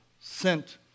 sent